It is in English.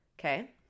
Okay